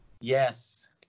Yes